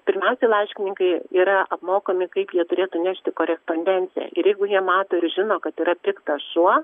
pirmiausiai laiškininkai yra apmokami kaip jie turėtų nešti korespondenciją ir jeigu jie mato ir žino kad yra piktas šuo